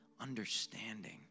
Understanding